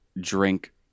drink